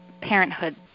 parenthood